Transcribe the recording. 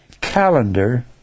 calendar